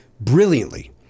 brilliantly